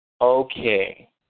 Okay